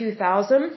2000